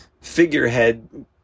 figurehead